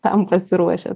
tam pasiruošęs